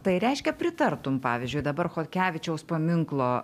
tai reiškia pritartum pavyzdžiui dabar chodkevičiaus paminklo